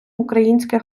українське